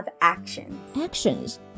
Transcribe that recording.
Actions